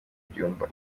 byumba